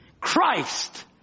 Christ